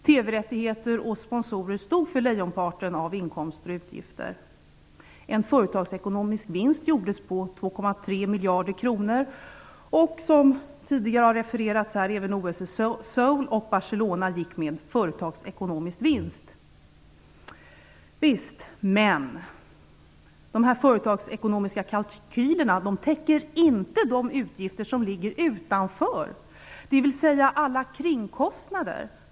TV-rättigheter och sponsorer stod för lejonparten av inkomster och utgifter. En företagsekonomisk vinst på 2,3 miljarder kronor gjordes. Som tidigare har refererats här: Även OS i Seoul och Barcelona gick med företagsekonomisk vinst. Visst! Men de företagsekonomiska kalkylerna täcker inte de utgifter som ligger utanför, dvs. alla kringkostnader.